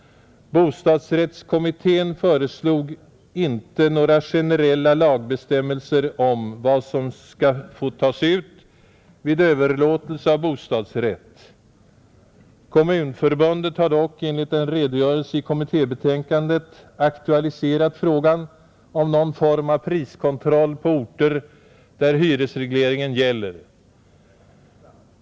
Bostadsrättskommittén föreslog inte några generella lagbestämmelser om vad som skall få tas ut vid överlåtelse av bostadsrätt. Kommunförbundet har dock enligt en redogörelse i kommittébetänkandet aktualiserat frågan om någon form av priskontroll på orter där hyresregleringen gäller.